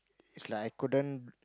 it's like I couldn't